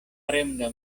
fremda